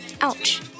Ouch